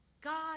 God